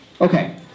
Okay